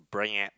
bring it